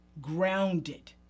grounded